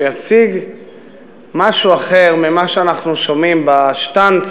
שיציג משהו אחר ממה שאנחנו שומעים בשטנץ